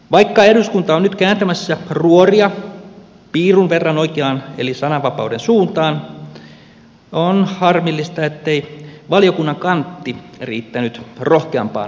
vaikka eduskunta on nyt kääntämässä ruoria piirun verran oikeaan eli sananvapauden suuntaan on harmillista ettei valiokunnan kantti riittänyt rohkeampaan linjanvetoon